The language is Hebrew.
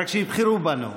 רק שיבחרו בנו.